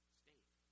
state